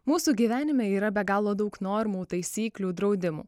mūsų gyvenime yra be galo daug normų taisyklių draudimų